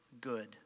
good